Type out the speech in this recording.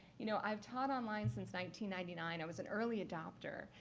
you know, i've taught online since ninety ninety nine. i was an early adopter.